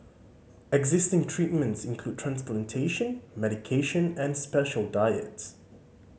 existing treatments include transplantation medication and special diets